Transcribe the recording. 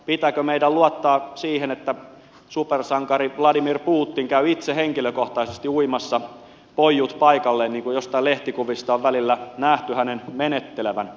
pitääkö meidän luottaa siihen että supersankari vladimir putin käy itse henkilökohtaisesti uimassa poijut paikalleen niin kun jostain lehtikuvista on välillä nähty hänen menettelevän